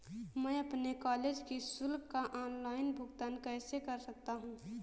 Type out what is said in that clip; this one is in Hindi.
मैं अपने कॉलेज की शुल्क का ऑनलाइन भुगतान कैसे कर सकता हूँ?